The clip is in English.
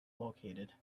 located